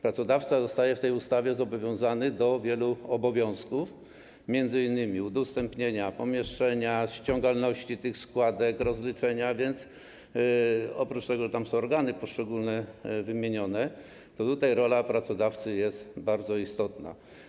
Pracodawca zostaje w tej ustawie zobowiązany do wielu obowiązków, m.in. udostępnienia pomieszczenia, ściągalności tych składek, rozliczenia, więc - oprócz tego, że tam są poszczególne organy wymienione - rola pracodawcy jest bardzo istotna.